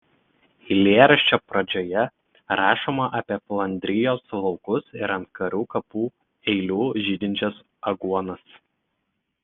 eilėraščio pradžioje rašoma apie flandrijos laukus ir ant karių kapų eilių žydinčias aguonas